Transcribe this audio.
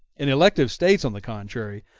in elective states, on the contrary,